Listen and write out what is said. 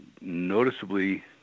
noticeably